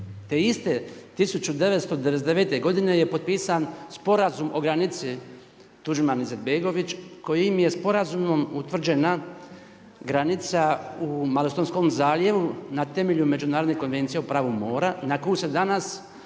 Te iste 1999. godine je potpisan Sporazum o granici Tuđman-Izetbegović kojim je sporazumom utvrđena granica u Malostonskom zaljevu na temelju Međunarodne konvencije o pravu mora na koju se danas